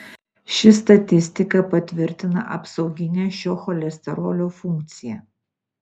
ši statistika patvirtina apsauginę šio cholesterolio funkciją